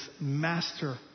master